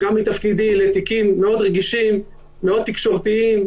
גם בתפקידי לתיקים מאוד רגישים, מאוד תקשורתיים.